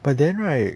but then right